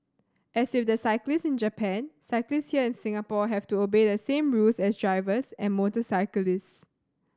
as with the cyclists in Japan cyclists here in Singapore have to obey the same rules as drivers and motorcyclists